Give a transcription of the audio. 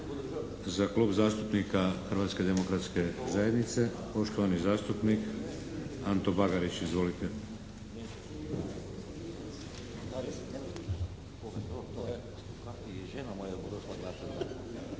Za Klub zastupnika Hrvatske demokratske zajednice poštovani zastupnik Anto Bagarić. Izvolite!